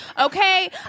Okay